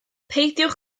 peidiwch